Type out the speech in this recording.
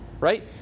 Right